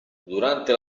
durante